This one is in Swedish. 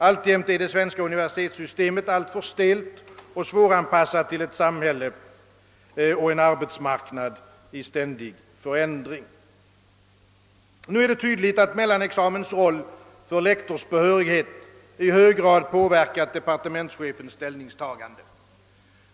Alltjämt är det svenska universitetssystemet alltför stelt och svåranpassat till ett samhälle och en arbetsmarknad i ständig förändring. Det är tydligt att mellanexamens roll för lektorsbehörighet i hög grad påverkat departementschefens ställningstagande.